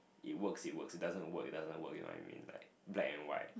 it works it works it doesn't work it doesn't work you what I mean like black and white